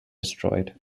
destroyed